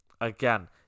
again